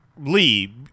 Lee